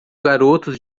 garotos